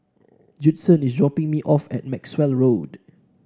Judson is dropping me off at Maxwell Road